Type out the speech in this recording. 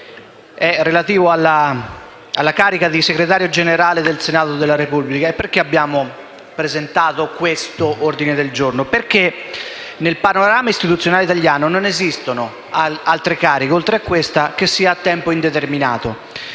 è relativo alla carica di Segretario Generale del Senato della Repubblica. Abbiamo presentato questo ordine del giorno perché nel panorama istituzionale italiano non esistono altre cariche, oltre a questa, che siano a tempo indeterminato.